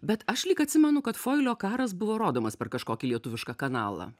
bet aš lyg atsimenu kad fuelio karas buvo rodomas per kažkokį lietuvišką kanalą